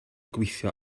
gweithio